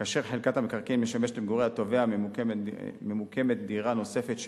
כאשר על חלקת המקרקעין המשמשת למגורי התובע יש דירה נוספת,